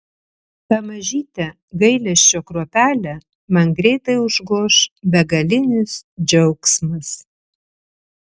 tą mažytę gailesčio kruopelę man greitai užgoš begalinis džiaugsmas